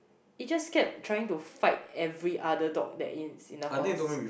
it just kept trying to fight every other dog that is in the house